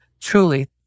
Truly